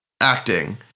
acting